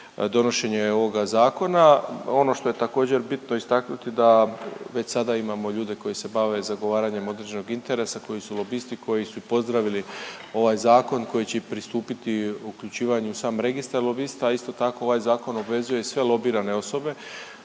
donošenje ovoga zakona. Ono što je također bitno istaknuti da već sada imamo ljude koji se bave zagovaranjem određenog interesa, koji su lobisti, koji su pozdravili ovaj zakon koji će i pristupiti uključivanju u sam registar lobista, a isto tako ovaj zakon obvezuje i sve lobirane osobe